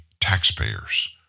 taxpayers